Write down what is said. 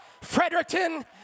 Fredericton